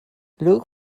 look